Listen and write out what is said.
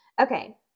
Okay